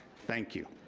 thank you.